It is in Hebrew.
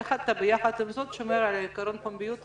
איך אתה ביחד עם זאת שומר על עיקרון פומביות הדיון?